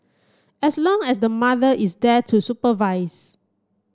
as long as the mother is there to supervise